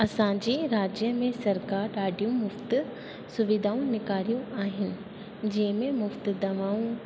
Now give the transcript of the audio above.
असांजे राज्य में सरकार ॾाढियूं मुफ़्त सुविधाऊं निकारियूं आहिनि जेमें मुफ़्त दवाऊं